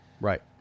Right